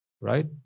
Right